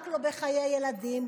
רק לא בחיי ילדים,